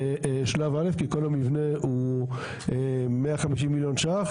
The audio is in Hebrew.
שלב א' כי כל המבנה הוא 150 מיליון שקלים